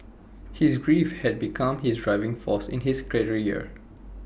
his grief had become his driving force in his career